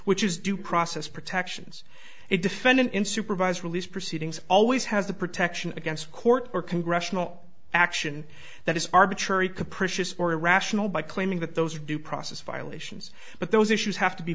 which is due process protections a defendant in supervised release proceedings always has the protection against court or congressional action that is arbitrary capricious or irrational by claiming that those are due process violations but those issues have to be